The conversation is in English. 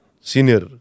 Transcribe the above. senior